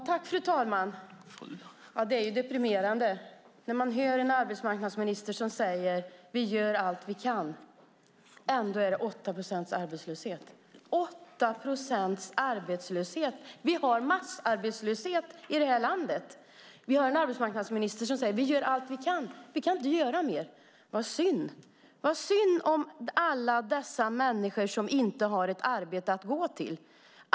Herr talman! Det är deprimerande när man hör en arbetsmarknadsminister som säger: Vi gör allt vi kan, och ändå är det 8 procents arbetslöshet. Vi har massarbetslöshet i det här landet. Vi har en arbetsmarknadsminister som säger: Vi gör allt vi kan. Vi kan inte göra mer. Vad synd det är. Vad synd det är om alla dessa människor som inte har ett jobb att gå till.